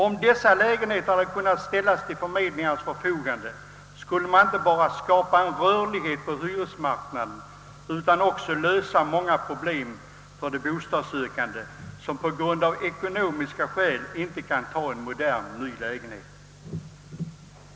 Om dessa lägenheter hade kunnat ställas till förmedlingarnas förfogande, skulle man inte bara skapa rörlighet på hyresmarknaden utan också lösa många problem för sådana bostadssökande som av ekonomiska skäl inte kan ta en modern ny lägenhet.